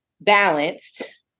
balanced